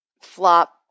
Flop